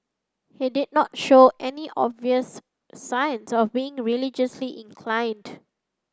he did not show any obvious signs of being religiously inclined